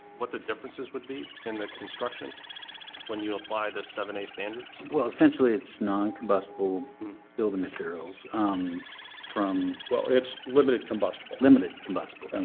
what the differences would be in the construction when you apply this seven eight standards. well, essentially it's non-combustible building materials um from well, it's limited combustible limited combustible.